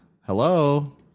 Hello